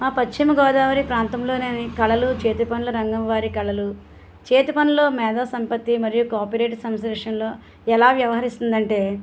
మా పశ్చిమగోదావరి ప్రాంతంలోని కళలు చేతిపనుల రంగం వారి కళలు చేతపనులో మేధా సంపత్తి మరియు కాపిరేట్ సంశ్లేషణలో ఎలా వ్యవహరిస్తుందంటే